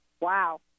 Wow